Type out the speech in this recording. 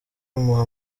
imuha